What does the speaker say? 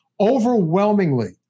overwhelmingly